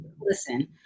listen